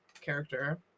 character